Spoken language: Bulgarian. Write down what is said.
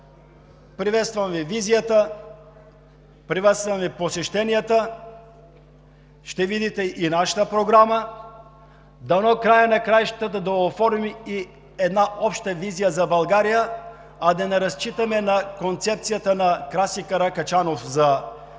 Приветствам Ви Визията, приветствам Ви посещенията, ще видите и нашата програма. Дано в края на краищата да дооформим една обща визия за България, а да не разчитаме на концепцията на Красимир Каракачанов за част